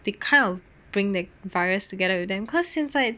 they kind of bring the virus together with them cause 现在